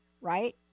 right